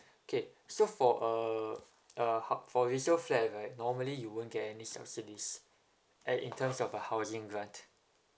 okay so for a a hou~ for resale flat right normally you won't get any subsidies and in terms of a housing grant